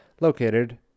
located